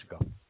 ago